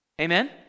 amen